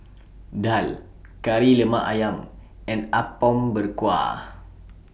Daal Kari Lemak Ayam and Apom Berkuah